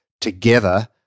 together